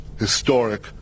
historic